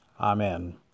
Amen